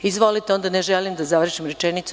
U redu, onda ne želim da završim rečenicu.